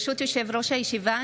ברשות יושב-ראש הישיבה,